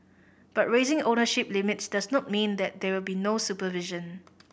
but raising ownership limits does not mean that there will be no supervision